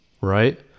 right